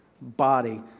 body